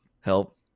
Help